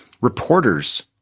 reporters